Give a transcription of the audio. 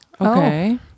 Okay